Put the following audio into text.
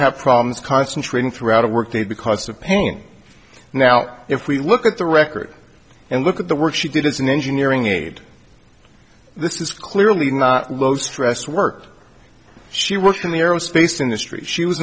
have problems concentrating throughout a work day because of pain now if we look at the record and look at the work she did and engineering aid this is clearly not low stress work she worked in the aerospace industry she was